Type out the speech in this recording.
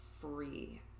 free